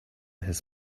his